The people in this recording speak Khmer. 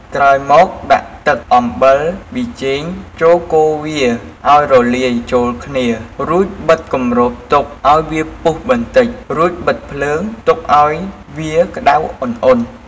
ក្រោយមកដាក់ទឹក អំបិល ប៊ីចេងចូលកូរវាឱ្យរលាយចូលគ្នា រួចបិទគម្របទុកឱ្យវាពុះបន្តិច រួចបិទភ្លើងទុកឱ្យវាក្តៅអ៊ុនៗ។